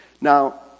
Now